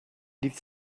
ddydd